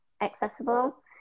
accessible